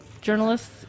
journalists